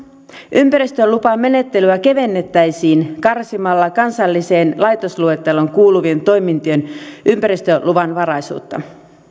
ympäristölupamenettelyä kevennettäisiin karsimalla kansalliseen laitosluetteloon kuuluvien toimintojen ympäristöluvanvaraisuutta